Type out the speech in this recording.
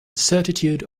certitude